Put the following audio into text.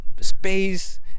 space